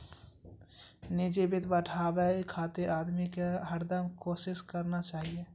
निजी वित्त बढ़ाबे खातिर आदमी के हरदम कोसिस करना चाहियो